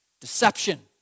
Deception